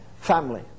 family